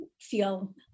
feel